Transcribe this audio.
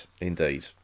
indeed